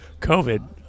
covid